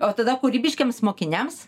o tada kokybiškiems mokiniams